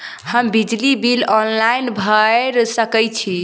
हम बिजली bill online भैर सकै छी?